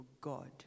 God